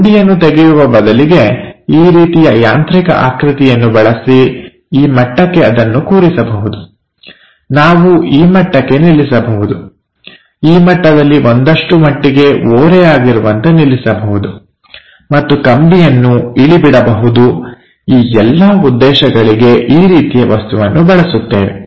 ಗುಂಡಿಯನ್ನು ತೆಗೆಯುವ ಬದಲಿಗೆ ಈ ರೀತಿಯ ಯಾಂತ್ರಿಕ ಆಕೃತಿಯನ್ನು ಬಳಸಿ ಈ ಮಟ್ಟಕ್ಕೆ ಅದನ್ನು ಕೂರಿಸಬಹುದು ನಾವು ಈ ಮಟ್ಟಕ್ಕೆ ನಿಲ್ಲಿಸಬಹುದು ಈ ಮಟ್ಟದಲ್ಲಿ ಒಂದಷ್ಟು ಮಟ್ಟಿಗೆ ಓರೆಯಾಗಿರುವಂತೆ ನಿಲ್ಲಿಸಬಹುದು ಮತ್ತು ಕಂಬಿಯನ್ನು ಇಳಿಬಿಡಬಹುದು ಈ ಎಲ್ಲಾ ಉದ್ದೇಶಗಳಿಗೆ ಈ ರೀತಿಯ ವಸ್ತುವನ್ನು ಬಳಸುತ್ತೇವೆ